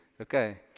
Okay